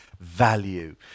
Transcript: value